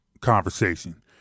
conversation